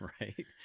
Right